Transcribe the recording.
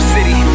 City